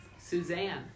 Suzanne